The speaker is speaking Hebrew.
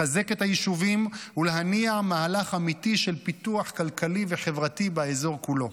לחזק את היישובים ולהניע מהלך אמיתי של פיתוח כלכלי וחברתי באזור כולו.